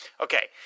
Okay